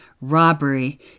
robbery